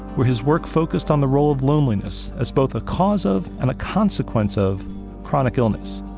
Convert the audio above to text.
where his work focused on the role of loneliness as both a cause of and a consequence of chronic illness.